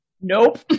Nope